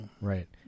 Right